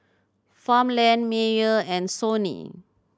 Farmland Mayer and Sony